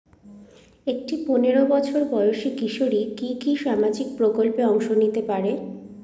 একটি পোনেরো বছর বয়সি কিশোরী কি কি সামাজিক প্রকল্পে অংশ নিতে পারে?